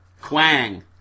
Quang